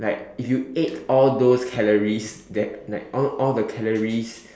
like if you ate all those calories that like all all the calories